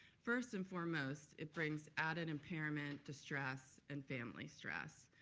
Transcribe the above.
first and foremost, it brings add and impairment, distress and family stress.